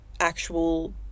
actual